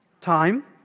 time